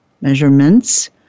measurements